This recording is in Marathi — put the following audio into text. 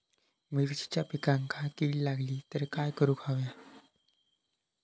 मिरचीच्या पिकांक कीड लागली तर काय करुक होया?